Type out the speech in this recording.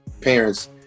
parents